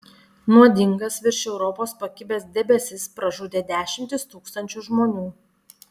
nuodingas virš europos pakibęs debesis pražudė dešimtis tūkstančių žmonių